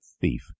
thief